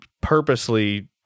purposely